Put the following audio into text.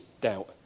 doubt